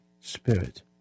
spirit